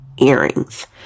earrings